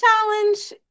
challenge